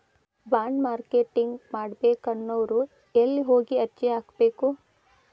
Bond marketing ಮಾಡ್ಬೇಕನ್ನೊವ್ರು ಯೆಲ್ಲೆ ಹೊಗಿ ಅರ್ಜಿ ಹಾಕ್ಬೆಕು?